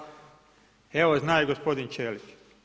Evo, zna i gospodin Ćelić.